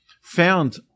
found